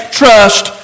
trust